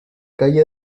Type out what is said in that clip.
calle